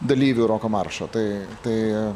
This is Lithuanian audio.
dalyvių roko maršo tai tai